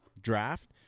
draft